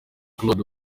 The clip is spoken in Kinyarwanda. claude